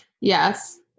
Yes